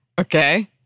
Okay